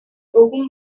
өвгөн